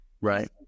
Right